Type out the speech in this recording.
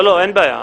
לא לא, אין בעיה.